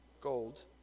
gold